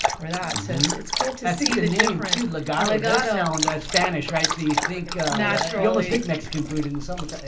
or that since it's cool to see the neighborhood legato legato sound spanish, right. so you think naturalistic mexican food in some way,